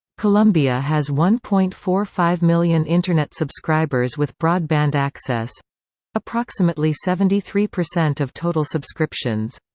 colombia has one point four five million internet subscribers with broadband access approximately seventy three percent of total subscriptions.